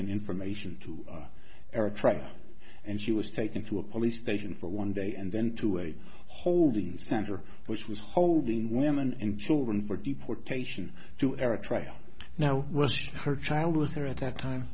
and information to eritrea and she was taken to a police station for one day and then to a holding center which was holding women and children for deportation to eritrea now russia her child was there at that time